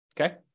Okay